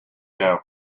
now